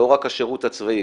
לא רק השירות הצבאי,